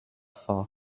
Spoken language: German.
vor